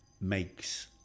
makes